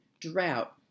drought